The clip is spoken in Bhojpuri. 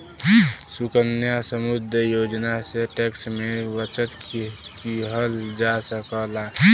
सुकन्या समृद्धि योजना से टैक्स में बचत किहल जा सकला